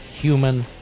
human